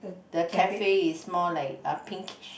the cafe is more like uh pinkish